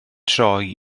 troi